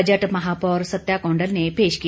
budget महापौर सत्या कौडंल ने पेश किया